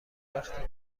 وقتی